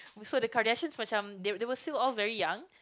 so the Kardashians such as macam they were still all very young